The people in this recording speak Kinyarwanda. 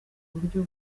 buryo